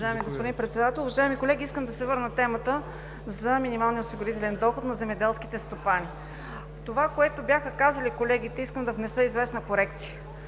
уважаеми колеги! Искам да се върна на темата за минималния осигурителен доход на земеделските стопани. По това, което бяха казали колегите, искам да внеса известна корекция